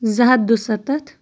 زٕ ہَتھ دُسَتَتھ